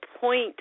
point